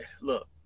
look